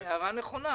זו הערה נכונה.